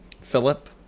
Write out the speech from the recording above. Philip